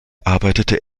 arbeitete